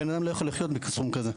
בנאדם לא יכול לחיות בסכום כזה,